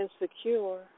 insecure